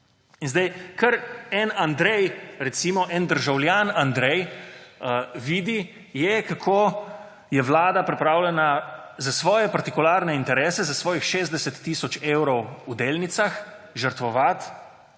In zdaj kar nek Andrej, recimo, nek državljan Andrej vidi, kako je Vlada pripravljena za svoje partikularne interese, za svojih 60 tisoč evrov v delnicah, žrtvovati,